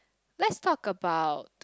let's talk about